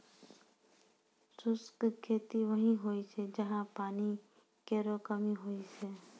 शुष्क खेती वहीं होय छै जहां पानी केरो कमी होय छै